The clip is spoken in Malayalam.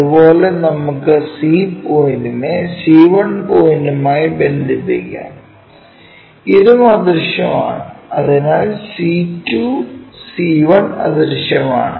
അതുപോലെ നമുക്ക് C പോയിന്റിനെ C1 പോയിന്റുമായി ബന്ധിപ്പിക്കാം ഇതും അദൃശ്യമാണ് അതിനാൽ C2 C1 അദൃശ്യമാണ്